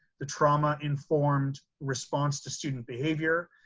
the trauma informed response to student behavior.